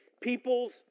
people's